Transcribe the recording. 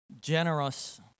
generous